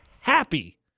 happy